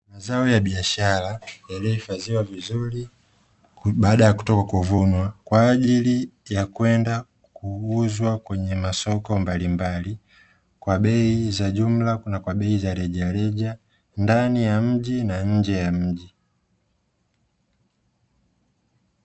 Mazao ya biashara, yaliyohifadhiwa vizuri baada kutokwa kuvunwa; kwa ajili ya kwenda kuuzwa kwenye masoko mbalimbali, kwa bei za jumla na kwa bei za rejareja, ndani ya mji na nje ya mji.